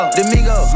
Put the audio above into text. Domingo